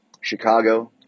Chicago